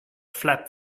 flap